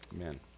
Amen